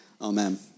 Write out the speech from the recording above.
Amen